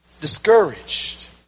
discouraged